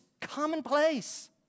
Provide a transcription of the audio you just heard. commonplace